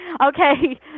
Okay